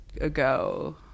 ago